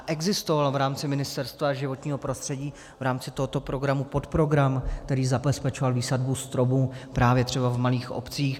Existoval v rámci Ministerstva životního prostředí, v rámci tohoto programu podprogram, který zabezpečoval výsadbu stromů právě třeba v malých obcích.